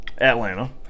Atlanta